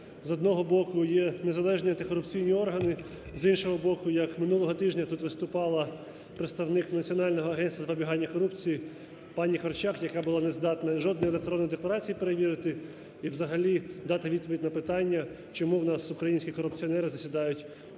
з одного боку, є незалежні антикорупційні органи, з іншого боку, як минулого тижня тут виступала представник Національного агентства з запобігання корупції пані Корчак, яка була не здатна жодної електронної декларації перевірити і взагалі дати відповідь на питання, чому в нас українські корупціонери засідають в